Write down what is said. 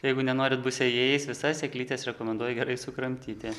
jeigu nenorit būt sėjėjais visas sėklytes rekomenduoju gerai sukramtyti